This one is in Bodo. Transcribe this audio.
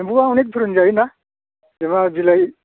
एम्फौआ अनेक धरननि जायो ना जेनबा बिलाइ